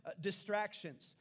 distractions